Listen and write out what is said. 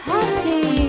Happy